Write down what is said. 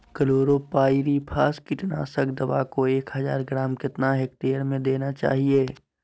Chlorpyrifos कीटनाशक दवा को एक हज़ार ग्राम कितना हेक्टेयर में देना चाहिए?